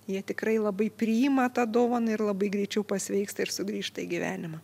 jie tikrai labai priima tą dovaną ir labai greičiau pasveiksta ir sugrįžta į gyvenimą